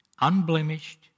unblemished